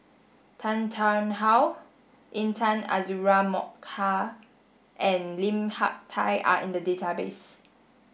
Tan Tarn How Intan Azura Mokhtar and Lim Hak Tai are in the database